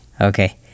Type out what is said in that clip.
okay